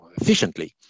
efficiently